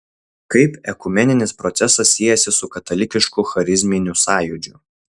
kaip ekumeninis procesas siejasi su katalikišku charizminiu sąjūdžiu